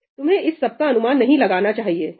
तुम्हें इस सब का अनुमान नहीं लगाना चाहिए ठीक